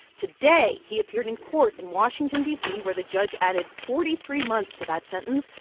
today he appeared in court in washington, d c, where the judge added forty three months to that sentence,